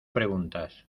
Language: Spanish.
preguntas